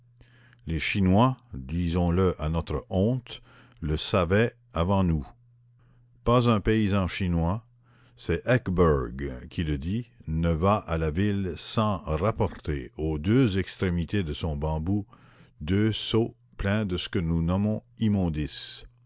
les chinois disons-le à notre honte le savaient avant nous pas un paysan chinois c'est eckeberg qui le dit ne va à la ville sans rapporter aux deux extrémités de son bambou deux seaux pleins de ce que nous nommons immondices